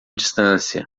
distância